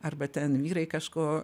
arba ten vyrai kažko